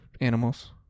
animals